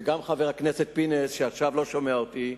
וגם לחבר הכנסת פינס, שעכשיו לא שומע אותי,